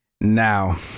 Now